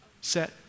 set